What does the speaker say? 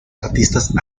artistas